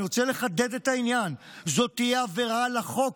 אני רוצה לחדד את העניין: זאת תהיה עבירה על החוק,